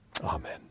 Amen